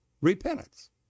repentance